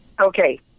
Okay